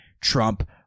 Trump